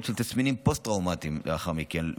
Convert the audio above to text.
של תסמינים פוסט-טראומתיים לאחר מכן,